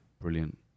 Brilliant